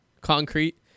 concrete